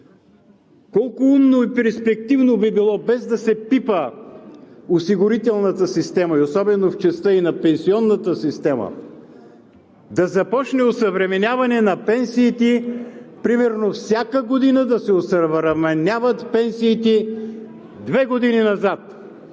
Колко умно и перспективно би било, без да се пипа осигурителната система и особено в частта ѝ на пенсионната система, да започне осъвременяване на пенсиите. Примерно всяка година да се осъвременяват пенсиите две години назад,